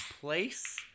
place